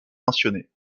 mentionné